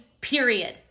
period